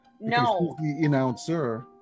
No